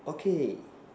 okay